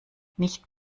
nicht